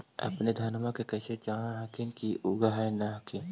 अपने धनमा के कैसे जान हखिन की उगा न हखिन?